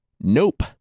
Nope